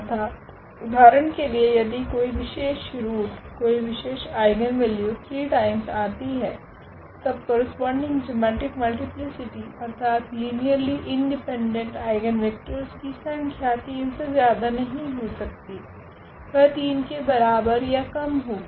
अर्थात उदाहरण के लिए यदि कोई विशेष रूट कोई विशेष आइगनवेल्यू 3 टाइम्स आती है तब करस्पोंडिंग जिओमेट्रिक मल्टीप्लीसिटी अर्थात लीनियरली इंडिपेंडेंट आइगनवेक्टरस की संख्या 3 से ज्यादा नहीं हो सकती वह 3 के बराबर या कम ही होगी